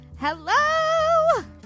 Hello